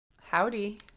howdy